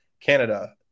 Canada